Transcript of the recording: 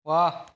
वाह